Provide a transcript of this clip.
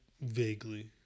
Vaguely